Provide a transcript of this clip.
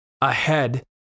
ahead